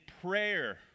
prayer